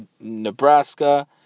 Nebraska